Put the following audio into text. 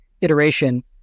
iteration